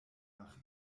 nach